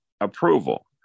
approval